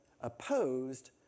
opposed